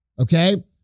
Okay